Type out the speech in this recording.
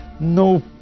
no